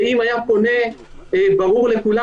ואם היה פונה ברור לכולם,